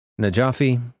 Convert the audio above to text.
Najafi